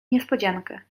niespodziankę